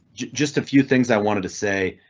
just a few things i wanted to say.